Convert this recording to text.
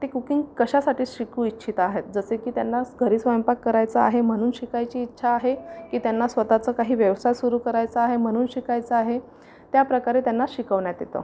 ते कुकिंग कशासाठी शिकू इच्छित आहेत जसे की त्यांना स् घरी स्वयंपाक करायचा आहे म्हणून शिकायची इच्छा आहे की त्यांना स्वत चं काही व्यवसाय सुरू करायचा आहे म्हणून शिकायचं आहे त्या प्रकारे त्यांना शिकवण्यात येतं